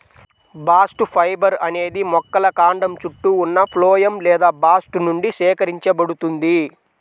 bast fibre అనేది మొక్కల కాండం చుట్టూ ఉన్న ఫ్లోయమ్ లేదా బాస్ట్ నుండి సేకరించబడుతుంది